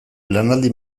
lanaldi